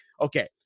okay